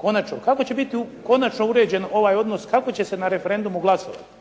konačno, kako će biti konačno uređen ovaj odnos kako će se na referendumu glasovati.